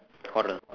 horror